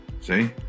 See